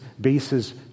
bases